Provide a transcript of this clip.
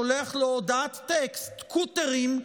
שולח לו הודעת טקסט: קוטרים,